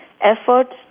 efforts